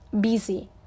busy